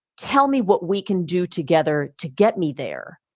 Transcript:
tell me what we can do together to get me there,